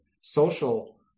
social